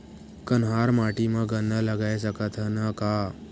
कन्हार माटी म गन्ना लगय सकथ न का?